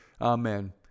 Amen